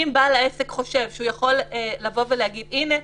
אם בעל העסק חושב שהוא יכול לבוא ולהגיד "הינה,